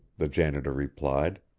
the janitor replied.